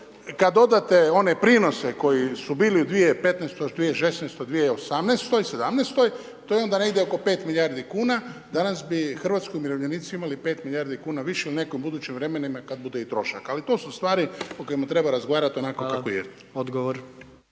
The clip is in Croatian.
kada dodate one prinose koji su bili u 2015., 2016., 2018., 2017. to je onda negdje oko 5 milijardi kuna, danas bi hrvatski umirovljenici imali 5 milijardi kn više u nekim budućim vremenima kada bude i trošak. Ali to su stvari o kojim treba razgovarati onako kako je.